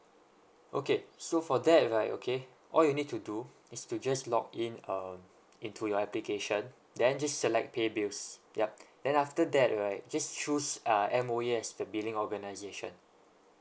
okay so for that right okay all you need to do is to just log in um into your application then just select pay bills yup then after that right just choose uh M_O_E as the billing organisation